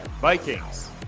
Vikings